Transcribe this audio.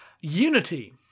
Unity